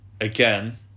again